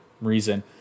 reason